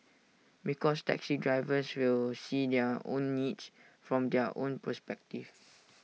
because taxi drivers will see their own needs from their own perspective